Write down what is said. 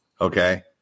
okay